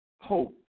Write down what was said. hope